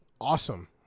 Awesome